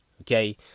Okay